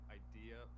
idea